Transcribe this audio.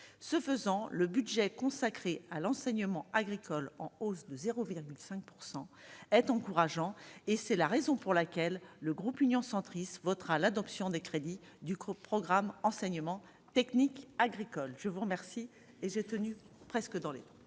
ce faisant, le budget consacré à l'enseignement agricole en hausse de 0,5 pourcent est encourageant et c'est la raison pour laquelle le groupe Union centriste votera l'adoption des crédits du groupe programme enseignement technique agricole, je vous remercie et j'ai tenu presque dans les.